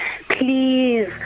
Please